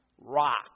rock